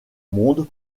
monde